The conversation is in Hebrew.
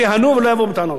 שייהנו ולא יבואו בטענות.